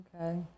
Okay